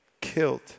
killed